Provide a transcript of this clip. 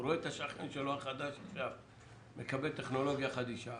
הוא רואה את השכן שלו החדש מקבל טכנולוגיה חדישה